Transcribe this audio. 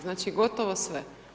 Znači, gotovo sve.